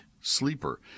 sleeper